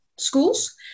schools